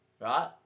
right